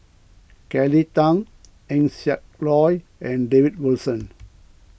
Kelly Tang Eng Siak Loy and David Wilson